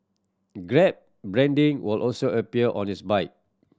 grab branding were also appear on its bike